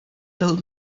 told